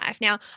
Now